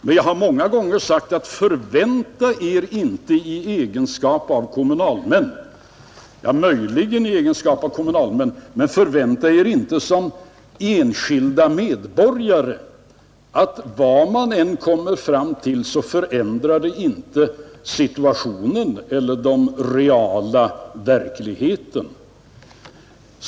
Men jag har många gånger sagt att ni icke skall förvänta er — jo, möjligen i egenskap av kommunalmän, men inte som enskilda medborgare — att situationen och det reala läget förändras vad man än kommer fram till.